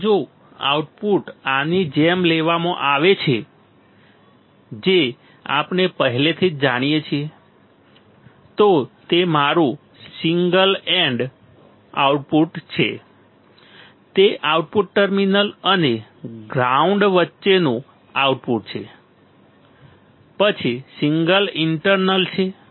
તેથી જો આઉટપુટ આની જેમ લેવામાં આવે છે જે આપણે પહેલાથી જ જાણીએ છીએ તો તે તમારું સિંગલ એન્ડ આઉટપુટ છે તે આઉટપુટ ટર્મિનલ અને ગ્રાઉન્ડ વચ્ચેનું આઉટપુટ છે પછી સિંગલ ઇન્ટરનલ છે